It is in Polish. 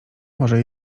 może